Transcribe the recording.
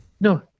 No